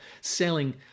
selling